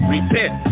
Repent